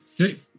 okay